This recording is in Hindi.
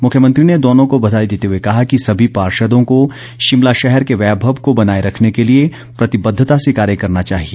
मुख्यमंत्री ने दोनों को बधाई देते हुए कहा कि सभी पार्षदों को शिमला शहर के वैमव को बनाए रखने के लिए प्रतिबद्धता से कार्य करना चाहिए